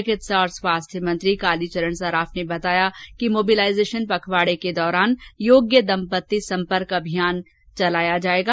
चिकित्सा और स्वास्थ्य कालीचरण सराफ ने बताया कि मोबिलाईजेषन पखवाड़े के दौरान योग्य दम्पति सम्पर्क अभियान संचालित किया जायेगा